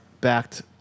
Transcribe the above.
backed